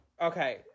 Okay